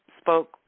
spoke